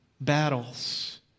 battles